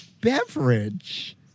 beverage